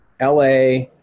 LA